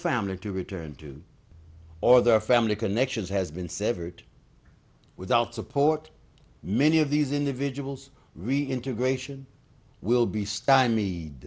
family to return to or their family connections has been severed without support many of these individuals reintegration will be stymied